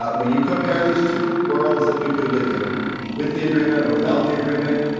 but when you compare these two worlds that we could live in with the agreement or without the agreement,